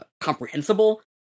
comprehensible